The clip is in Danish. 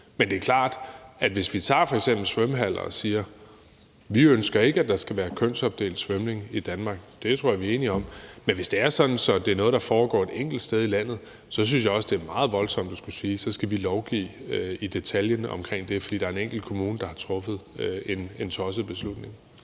Men det er klart, at hvis vi tager f.eks. svømmehaller og siger, at vi ikke ønsker, at der skal være kønsopdelt svømning i Danmark, så tror jeg, vi er enige om det. Men hvis det er sådan, at det er noget, der foregår et enkelt sted i landet, så synes jeg også, det er meget voldsomt at skulle sige, at så skal vi lovgive i detaljen omkring det, fordi der er en enkelt kommune, der har truffet en tosset beslutning.